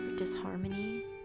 disharmony